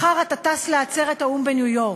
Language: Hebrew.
מחר אתה טס לעצרת האו"ם בניו-יורק.